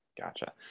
gotcha